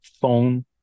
phone